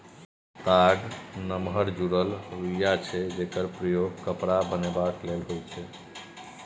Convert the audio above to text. ताग नमहर जुरल रुइया छै जकर प्रयोग कपड़ा बनेबाक लेल होइ छै